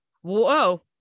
whoa